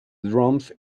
drums